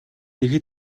ихэд